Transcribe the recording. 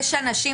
יש אנשים,